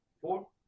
four